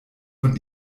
von